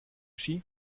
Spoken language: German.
ski